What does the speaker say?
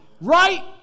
right